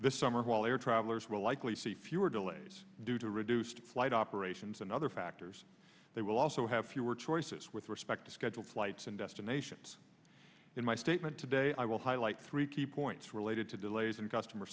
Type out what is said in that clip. this summer while air travelers will likely see fewer delays due to reduced flight operations and other factors they will also have fewer choices with respect to scheduled flights and destinations in my statement today i will highlight three key points related to delays in customer